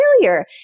failure